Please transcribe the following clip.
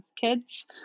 kids